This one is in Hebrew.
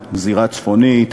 הזירה הצפונית,